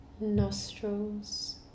nostrils